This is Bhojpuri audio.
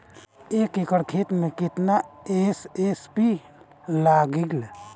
एक एकड़ खेत मे कितना एस.एस.पी लागिल?